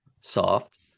soft